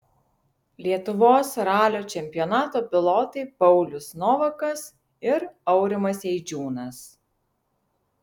lietuvos ralio čempionato pilotai paulius novakas ir aurimas eidžiūnas